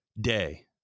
day